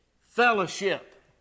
fellowship